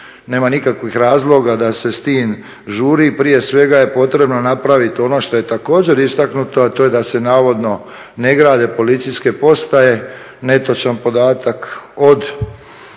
Nema nikakvih razloga da se s tim žuri, prije svega je potrebno napraviti ono što je također istaknuto, a to je da se navodno ne grade policijske postaje, netočan podatak.